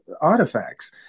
artifacts